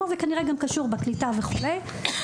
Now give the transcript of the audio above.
זה כנראה קשור גם בקליטה וכו'.